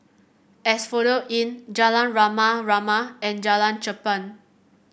Asphodel Inn Jalan Rama Rama and Jalan Cherpen